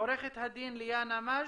עורכת הדין ליאנה מגד?